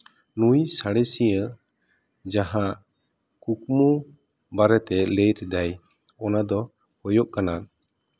ᱱᱩᱭ ᱥᱟᱬᱮᱥᱤᱭᱟᱹ ᱡᱟᱦᱟᱸ ᱠᱩᱠᱢᱩ ᱵᱟᱨᱮᱛᱮ ᱞᱟᱹᱭ ᱞᱮᱫᱟᱭ ᱚᱱᱟ ᱫᱚ ᱦᱳᱭᱳᱜ ᱠᱟᱱᱟ